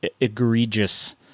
egregious